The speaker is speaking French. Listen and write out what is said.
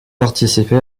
participé